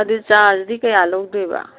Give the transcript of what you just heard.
ꯑꯗꯨ ꯆꯥꯔꯖꯗꯤ ꯀꯌꯥ ꯂꯧꯗꯣꯏꯕ